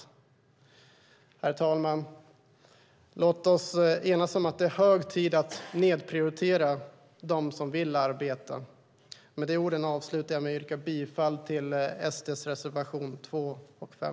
Herr talman! Låt oss enas om att det är hög tid att sluta nedprioritera dem som vill arbeta. Med de orden avslutar jag med att yrka bifall till SD:s reservationer 2 och 5.